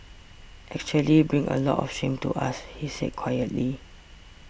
actually bring a lot of shame to us he said quietly